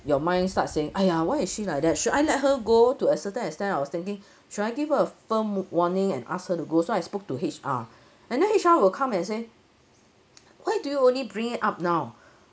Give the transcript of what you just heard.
your mind start saying !aiya! why is she like that should I let her go to a certain extent I was thinking should I give a firm warning and ask her to go so I spoke to H_R and then H_R will come and say why do you only bring it up now